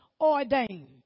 ordained